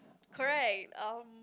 correct um